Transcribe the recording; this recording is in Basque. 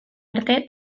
arte